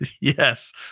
Yes